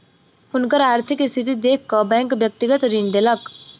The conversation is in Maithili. हुनकर आर्थिक स्थिति देख कअ बैंक व्यक्तिगत ऋण देलक